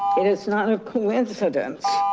it is not a coincidence.